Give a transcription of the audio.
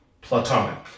Platonic